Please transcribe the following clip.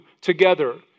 together